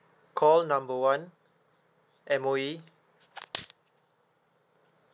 call number one M_O_E